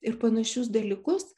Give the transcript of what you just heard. ir panašius dalykus